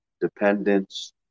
dependence